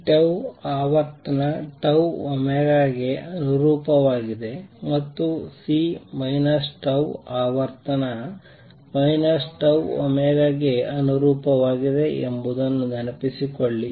C ಆವರ್ತನ τω ಗೆ ಅನುರೂಪವಾಗಿದೆ ಮತ್ತು C ಆವರ್ತನ τω ಗೆ ಅನುರೂಪವಾಗಿದೆ ಎಂಬುದನ್ನು ನೆನಪಿಸಿಕೊಳ್ಳಿ